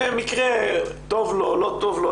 שבמקרה טוב לו, או לא טוב לו.